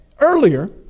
earlier